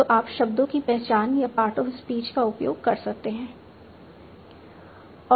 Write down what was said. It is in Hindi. तो आप शब्दों की पहचान या पार्ट ऑफ स्पीच का उपयोग कर सकते हैं